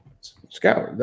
Scout